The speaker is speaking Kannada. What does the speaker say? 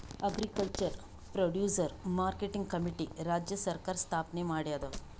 ಅಗ್ರಿಕಲ್ಚರ್ ಪ್ರೊಡ್ಯೂಸರ್ ಮಾರ್ಕೆಟಿಂಗ್ ಕಮಿಟಿ ರಾಜ್ಯ ಸರ್ಕಾರ್ ಸ್ಥಾಪನೆ ಮಾಡ್ಯಾದ